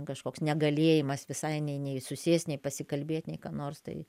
kažkoks negalėjimas visai nei nei susėst nei pasikalbėt nei ką nors tai